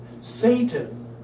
Satan